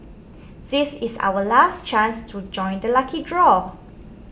this is our last chance to join the lucky draw